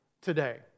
today